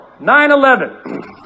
9-11